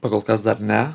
pagal kas dar ne